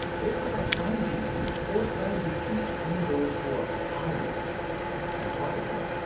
based on our findings, sports scientists can screen those who are at high risk and target them.